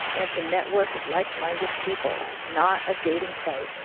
and to network with like-minded people. not a dating site.